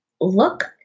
look